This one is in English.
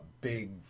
big